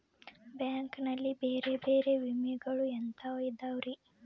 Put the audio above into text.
Bank ನಲ್ಲಿ ಬೇರೆ ಬೇರೆ ವಿಮೆಗಳು ಎಂತವ್ ಇದವ್ರಿ?